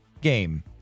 game